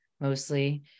mostly